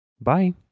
bye